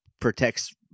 protects